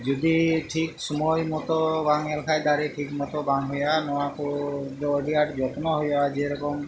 ᱡᱩᱫᱤ ᱴᱷᱤᱠ ᱥᱩᱢᱟᱹᱭ ᱢᱚᱛᱚ ᱵᱟᱝ ᱮᱢᱞᱮᱠᱷᱟᱱ ᱫᱟᱨᱮ ᱴᱷᱤᱠ ᱢᱚᱛᱚ ᱵᱟᱝ ᱦᱩᱭᱩᱜᱼᱟ ᱱᱚᱣᱟᱠᱚᱫᱚ ᱟᱹᱰᱤ ᱟᱸᱴ ᱡᱚᱛᱱᱚ ᱦᱩᱭᱩᱜᱼᱟ ᱡᱮᱹᱨᱚᱠᱚᱢ